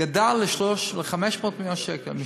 גדל ל-500 מיליון שקלים.